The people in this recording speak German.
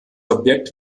objekt